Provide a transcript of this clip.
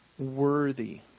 Worthy